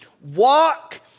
Walk